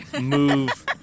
move